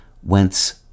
whence